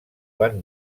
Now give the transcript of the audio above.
van